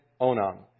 Onam